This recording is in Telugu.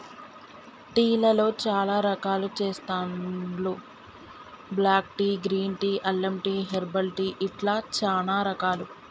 టీ లలో చాల రకాలు చెస్తాండ్లు బ్లాక్ టీ, గ్రీన్ టీ, అల్లం టీ, హెర్బల్ టీ ఇట్లా చానా రకాలు